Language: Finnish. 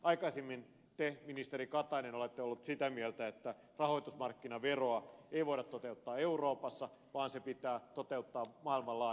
aikaisemmin te ministeri katainen olette ollut sitä mieltä että rahoitusmarkkinaveroa ei voida toteuttaa euroopassa vaan se pitää toteuttaa maailmanlaajuisena